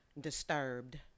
disturbed